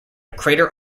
crater